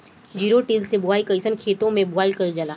Zero till से बुआई कयिसन खेते मै बुआई कयिल जाला?